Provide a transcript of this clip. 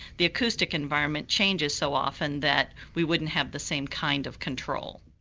the acoustic environment changes so often that we wouldn't have the same kind of control.